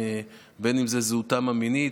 בין אם זה זהותם המינית,